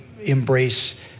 embrace